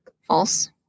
false